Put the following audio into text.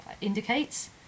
indicates